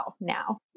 now